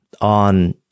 on